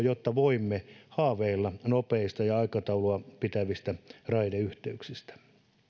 jotta voimme haaveilla nopeista ja aikataulun pitävistä raideyhteyksistä